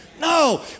No